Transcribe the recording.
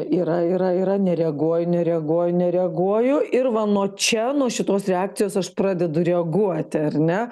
yra yra yra nereaguoju nereaguoju nereaguoju ir va nuo čia nuo šitos reakcijos aš pradedu reaguoti ar ne